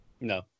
No